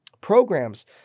programs